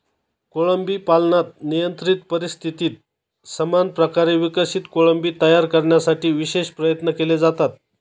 कोळंबी पालनात नियंत्रित परिस्थितीत समान प्रकारे विकसित कोळंबी तयार करण्यासाठी विशेष प्रयत्न केले जातात